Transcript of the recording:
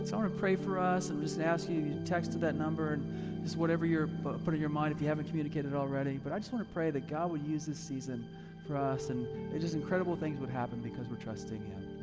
so i'ma pray for us i'm just asking you to text that number just whatever you're but putting your mind if you haven't communicated already, but i just wanna pray that god will use this season for us and that just incredible things would happen because we're trusting him.